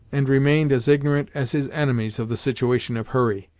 and remained as ignorant as his enemies of the situation of hurry.